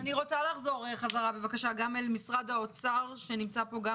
אני רוצה לחזור בבקשה אל משרד האוצר שנמצא פה.